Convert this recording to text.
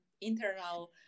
internal